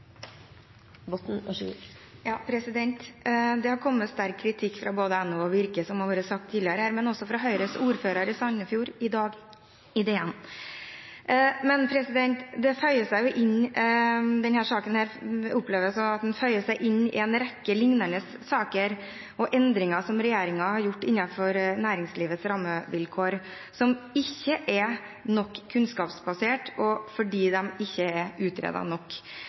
det har vært sagt tidligere her, men også fra Høyres ordfører i Sandefjord i dag i Dagens Næringsliv. Denne saken opplever jeg føyer seg inn i en rekke lignende saker og endringer som regjeringen har gjort innenfor næringslivets rammevilkår, som ikke er kunnskapsbaserte nok fordi de ikke er utredet nok.